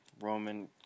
Roman